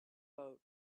boat